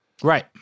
Right